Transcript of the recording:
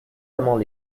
amand